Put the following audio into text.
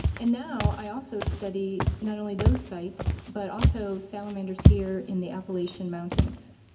and now i also study not only those sites but also salamanders here in the appellation mountains.